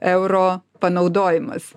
euro panaudojimas